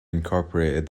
incorporated